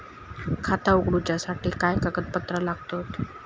खाता उगडूच्यासाठी काय कागदपत्रा लागतत?